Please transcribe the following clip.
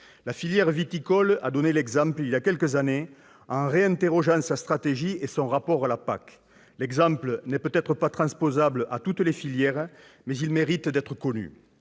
La filière viticole a donné l'exemple il y a quelques années en réinterrogeant sa stratégie et son rapport à la PAC. L'exemple n'est peut-être pas transposable à toutes les filières, mais il mérite d'être connu.